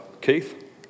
Keith